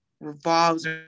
revolves